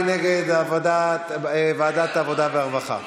מי נגד ועדת העבודה והרווחה?